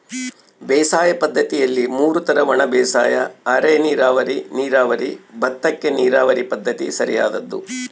ಬೇಸಾಯ ಪದ್ದತಿಯಲ್ಲಿ ಮೂರು ತರ ಒಣಬೇಸಾಯ ಅರೆನೀರಾವರಿ ನೀರಾವರಿ ಭತ್ತಕ್ಕ ನೀರಾವರಿ ಪದ್ಧತಿ ಸರಿಯಾದ್ದು